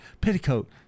Petticoat